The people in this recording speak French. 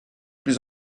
plus